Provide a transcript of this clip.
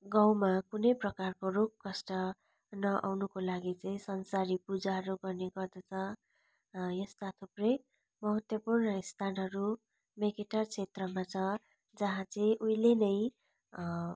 गाउँमा कुनै प्रकारको रोग कष्ट नआउनुको लागि चाहिँ संसारी पूजाहरू गर्ने गर्दछ यस्ता थुप्रै महत्त्वपूर्ण स्थानहरू मेगेटार क्षेत्रमा छ जहाँ चाहिँ उहिले नै